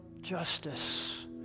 justice